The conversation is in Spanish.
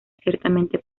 ciertamente